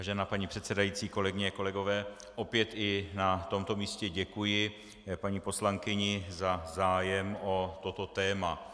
Vážená paní předsedající, kolegyně a kolegové, opět i na tomto místě děkuji paní poslankyni za zájem o toto téma.